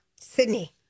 Sydney